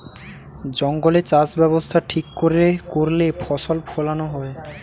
জঙ্গলে চাষ ব্যবস্থা ঠিক করে করলে ফসল ফোলানো হয়